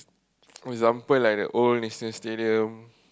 for example like the old National-Stadium